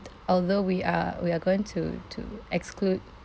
although we are we are going to to exclude